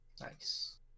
Nice